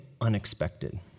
unexpected